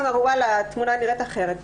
הוא אמר שהתמונה נראית אחרת.